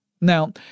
Now